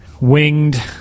winged